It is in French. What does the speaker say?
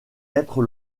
être